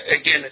again